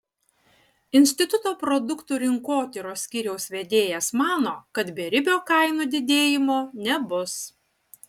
instituto produktų rinkotyros skyriaus vedėjas mano kad beribio kainų didėjimo nebus